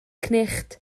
cnicht